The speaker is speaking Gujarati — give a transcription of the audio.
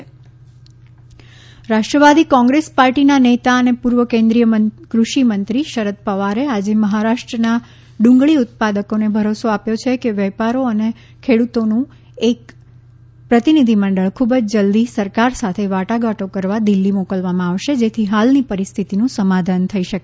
એનસીપી શરદ પવાર રાષ્ટ્રવાદી કોંગ્રેસ પાર્ટીના નેતા અને પૂર્વ કેન્દ્રિય કૃષિમંત્રી શરદ પવારે આજે મહારાષ્ટ્રના ડુંગળી ઉત્પાદકોને ભરોસો આપ્યો છે કે વેપારો અને ખેડૂતોનું એક પ્રતિનિધિમંડળ ખૂબ જ જલ્દી સરકાર સાથે વાટાઘાટો કરવા દિલ્ફી મોકલવામાં આવશે જેથી હાલની પરિસ્થિતિનું સમાધાન થઇ શકે